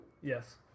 Yes